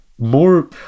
More